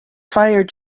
fire